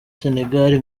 senegal